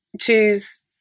choose